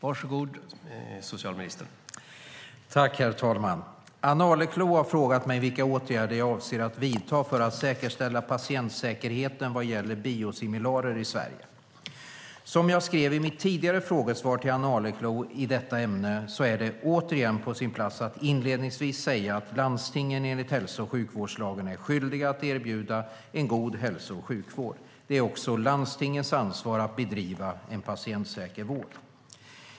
Herr talman! Ann Arleklo har frågat mig vilka åtgärder jag avser att vidta för att säkerställa patientsäkerheten vad gäller biosimilarer i Sverige. Som jag skrev i mitt tidigare frågesvar till Ann Arleklo i detta ämne är det återigen på sin plats att inledningsvis säga att landstingen enligt hälso och sjukvårdslagen är skyldiga att erbjuda god hälso och sjukvård. Det är också landstingens ansvar att bedriva patientsäker vård.